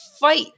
fight